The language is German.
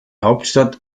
hauptstadt